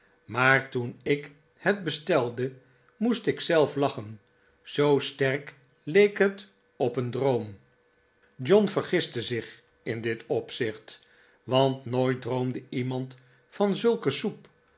maar toen ik het bestelde moest ik zelf lachen zoo sterk leek het op een droom john vergiste zich in dit opzicht want nooit droomde iemand van zulke soep